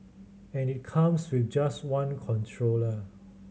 and it comes with just one controller